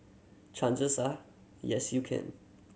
chances are yes you can